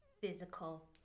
physical